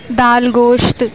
دال گوشت